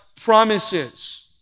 promises